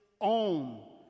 own